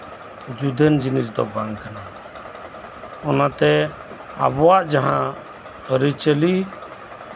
ᱡᱩᱫᱟᱹᱱ ᱡᱤᱱᱤᱥ ᱫᱚ ᱵᱟᱝ ᱠᱟᱱᱟ ᱚᱱᱟᱛᱮ ᱟᱵᱚᱣᱟᱜ ᱡᱟᱦᱟᱸ ᱟᱹᱨᱤᱪᱟᱞᱤ